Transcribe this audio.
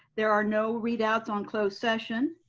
there are no readouts on closed session.